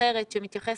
אחרת שמתייחסת,